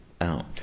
out